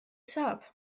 saab